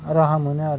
राहा मोनो आरो